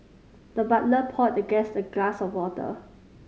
the butler poured the guest a glass of water